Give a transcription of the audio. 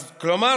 כלומר,